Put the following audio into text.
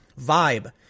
Vibe